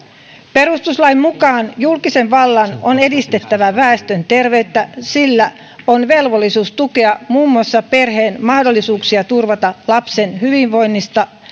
perustuslain mukaan julkisen vallan on edistettävä väestön terveyttä sillä on velvollisuus tukea muun muassa perheen mahdollisuuksia turvata lapsen hyvinvointi